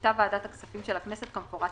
מחליטה ועדת הכספים של הכנסת כמפורט